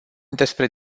despre